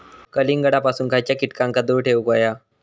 कलिंगडापासून खयच्या कीटकांका दूर ठेवूक व्हया?